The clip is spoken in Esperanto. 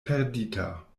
perdita